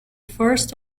first